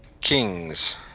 Kings